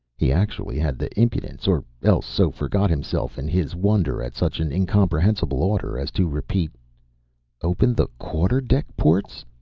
he actually had the impudence, or else so forgot himself in his wonder at such an incomprehensible order, as to repeat open the quarter-deck ports!